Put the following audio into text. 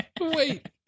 Wait